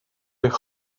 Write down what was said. eich